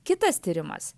kitas tyrimas